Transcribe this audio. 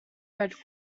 red